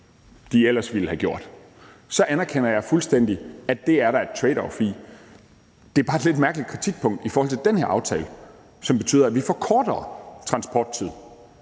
de ellers ville have gjort, anerkender jeg fuldstændig, at det er der et tradeoff i. Det er bare et lidt mærkeligt kritikpunkt i forhold til den her aftale, som betyder, at vi forkorter transporttiden.